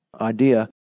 idea